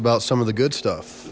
about some of the good stuff